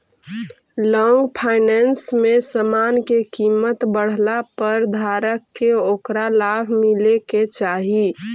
long finance में समान के कीमत बढ़ला पर धारक के ओकरा लाभ मिले के चाही